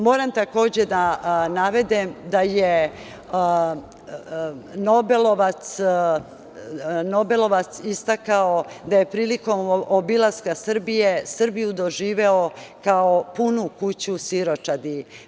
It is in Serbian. Moram takođe da navedem da je nobelovac istakao da je priliko obilaska Srbije Srbiju doživeo kao punu kući siročadi.